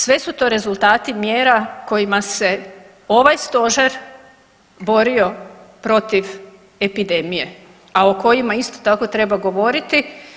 Sve su to rezultati mjera kojima se ovaj stožer borio protiv epidemije, a o kojima isto tako treba govoriti.